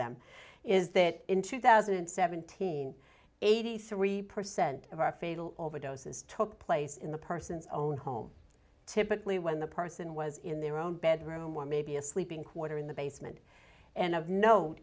them is that in two thousand and seventeen eighty three percent of our fatal overdoses took place in the person's own home typically when the person was in their own bedroom or maybe a sleeping quarter in the basement and